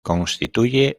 constituye